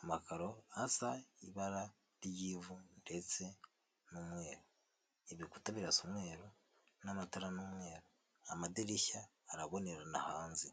amakaro asa ibara ry'ivu ndetse n'umweru. Ibikuta birasa umweru n'amatara ni umweru. Amadirishya arabonerana hanze.